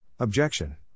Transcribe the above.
Objection